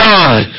God